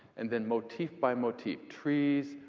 and then motif by motif trees,